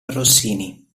rossini